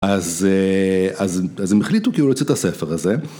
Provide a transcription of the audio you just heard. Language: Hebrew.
‫אז הם החליטו כאילו להוציא את הספר הזה.